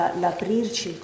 l'aprirci